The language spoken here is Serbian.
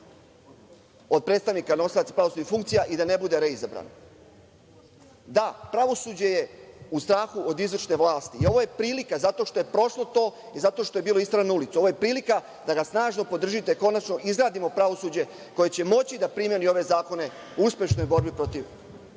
od predstavnika nosilaca pravosudnih funkcija i da ne bude reizabran. Da, pravosuđe je u strahu od izvršne vlasti i ovo je prilika, zato što je prošlo i zato što je bilo isterano na ulicu, ovo je prilika da ga snažno podržite, konačno izgradimo snažno pravosuđe koje će moći da primeni ove zakone u uspešnoj borbi protiv